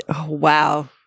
Wow